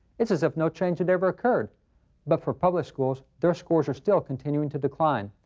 it's as if no change had ever occurred but for public schools, their scores are still continuing to decline.